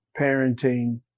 parenting